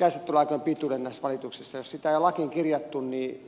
jos sitä ei ole lakiin kirjattu